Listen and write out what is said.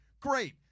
Great